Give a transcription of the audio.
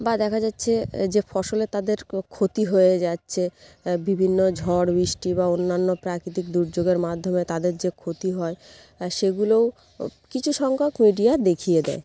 বা দেখা যাচ্ছে যে ফসলের তাদের ক্ষতি হয়ে যাচ্ছে তার বিভিন্ন ঝড় বৃষ্টি বা অন্যান্য প্রাকৃতিক দুর্যোগের মাধ্যমে তাদের যে ক্ষতি হয় তা সেগুলোও কিছু সংখ্যক মিডিয়া দেখিয়ে দেয়